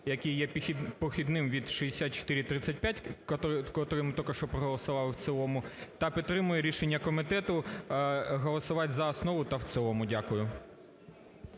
який є похідним від 6435, котрий ми тільки що проголосували в цілому, та підтримує рішення комітету голосувати за основу та в цілому. Дякую.